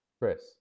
Chris